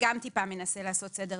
יש עוד סעיף נוסף שגם הוא מנסה לעשות סדר.